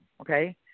Okay